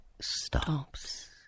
stops